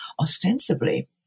ostensibly